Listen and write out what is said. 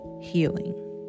Healing